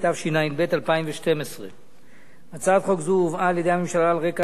התשע"ב 2012. הצעת חוק זו הובאה על-ידי הממשלה על רקע